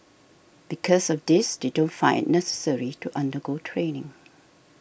because of this they don't find it necessary to undergo training